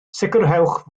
sicrhewch